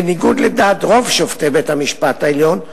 בניגוד לדעת רוב שופטי בית-המשפט העליון,